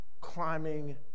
climbing